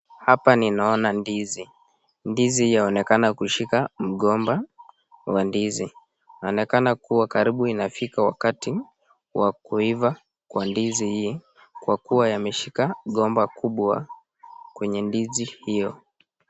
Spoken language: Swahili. Hapa ninaona ndizi, ndizi yaonekana kushika mgomba wa ndizi, inaonekana kuwa karibu inafika wakati wa kuiva kwa ndizi hii kwa kuwa yameshika gomba kubwa kwenye ndizi hiyo.